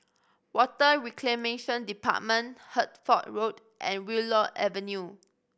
Water Reclamation Department Hertford Road and Willow Avenue